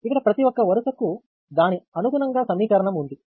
ఇక్కడ ప్రతి ఒక్క వరుస కు దానికి అనుగుణంగా సమీకరణం ఉంది